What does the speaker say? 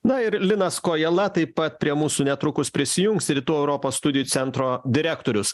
na ir linas kojala taip pat prie mūsų netrukus prisijungs rytų europos studijų centro direktorius